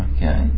Okay